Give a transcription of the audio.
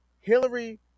Hillary